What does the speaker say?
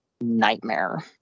nightmare